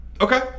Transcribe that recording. Okay